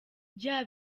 bya